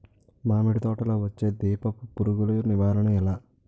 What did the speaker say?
మామిడి తోటలో వచ్చే దీపపు పురుగుల నివారణ ఎలా?